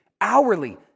hourly